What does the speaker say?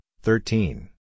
thirteen